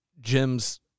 Jim's